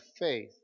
faith